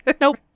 Nope